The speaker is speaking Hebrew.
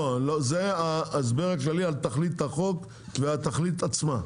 לא, זה ההסבר הכללי על תכלית החוק, והתכלית עצמה.